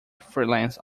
freelance